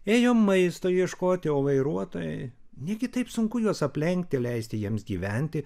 ėjo maisto ieškoti o vairuotojai negi taip sunku juos aplenkti leisti jiems gyventi